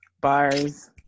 Bars